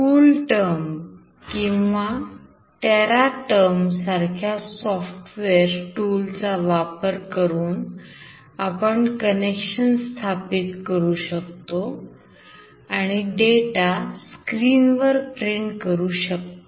CoolTerm किंवा Teraterm सारख्या software tool चा वापर करून आपण connection स्थापित करू शकतो आणि डेटा स्क्रीनवर प्रिंट करू शकतो